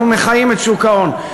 אנחנו מחיים את שוק ההון.